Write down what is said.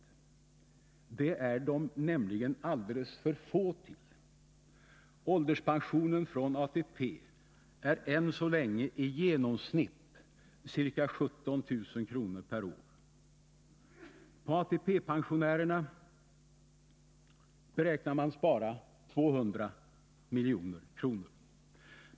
Det är de nämligen alldeles för få till. Ålderspensionen från ATP är än så länge i genomsnitt ca 17000 kr. per år. På ATP-pensionärerna beräknar man spara 200 milj.kr.